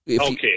Okay